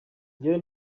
njyewe